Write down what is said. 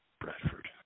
Bradford